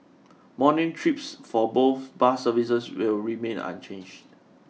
morning trips for both bus services will remain unchanged